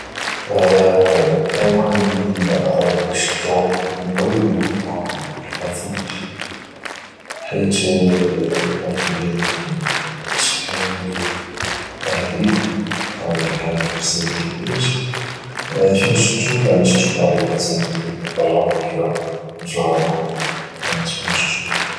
الحيوان الاعرب اللي شفته قبل هو القنفذ حيث يعني القنفذ هو حيوان غريب بطبيعه الحال في بزاف ديال الحوايج فين شفتوا شفتوا في واحد البلاصه اللي برا بعيده يعني في الغابه يعني تما شفتوا